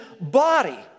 body